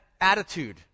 attitude